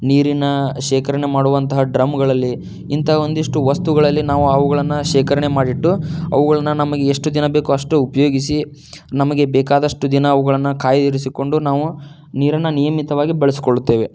ನೀರಿನ ಶೇಖರಣೆ ಮಾಡುವಂತಹ ಡ್ರಮ್ಗಳಲ್ಲಿ ಇಂಥ ಒಂದಿಷ್ಟು ವಸ್ತುಗಳಲ್ಲಿ ನಾವು ಅವುಗಳನ್ನು ಶೇಖರಣೆ ಮಾಡಿಟ್ಟು ಅವುಗಳನ್ನು ನಮಗೆ ಎಷ್ಟು ದಿನ ಬೇಕು ಅಷ್ಟು ಉಪಯೋಗಿಸಿ ನಮಗೆ ಬೇಕಾದಷ್ಟು ದಿನ ಅವುಗಳನ್ನು ಕಾಯ್ದಿರಿಸಿಕೊಂಡು ನಾವು ನೀರನ್ನ ನಿಯಮಿತವಾಗಿ ಬಳಸಿಕೊಳ್ತೇವೆ